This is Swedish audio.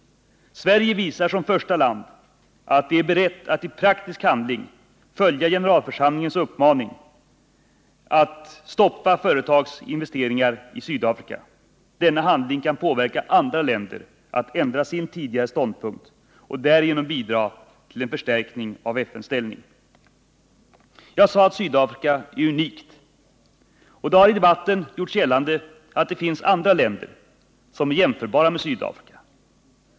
Sverige visar som första land att det är berett att i praktisk handling följa generalförsamlingens uppmaning att stoppa företagens investeringar i Sydafrika. Denna handling kan påverka andra länder att ändra sin tidigare ståndpunkt och därigenom bidra till en förstärkning av FN:s ställning. Jag sade att Sydafrika är unikt. Det har i debatten gjorts gällande att det finns andra länder som är jämförbara med Sydafrika.